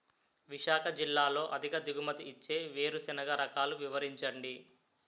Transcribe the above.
విశాఖ జిల్లాలో అధిక దిగుమతి ఇచ్చే వేరుసెనగ రకాలు వివరించండి?